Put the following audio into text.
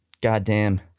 Goddamn